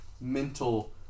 mental